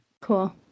Cool